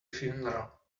funeral